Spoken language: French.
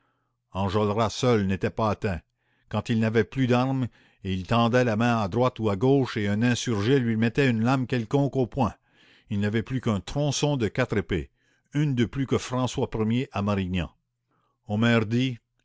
enjolras seul n'était pas atteint quand il n'avait plus d'arme il tendait la main à droite ou à gauche et un insurgé lui mettait une lame quelconque au poing il n'avait plus qu'un tronçon de quatre épées une de plus que françois ier à marignan